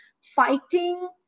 fighting